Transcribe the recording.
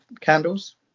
candles